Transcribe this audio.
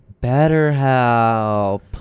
BetterHelp